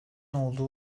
olduğu